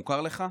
מוכר לך?